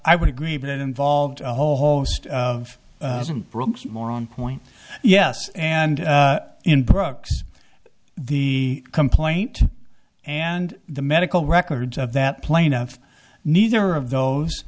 i would agree but it involved a whole host of brooks more on point yes and in brooks the complaint and the medical records of that plaintiff neither of those